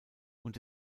und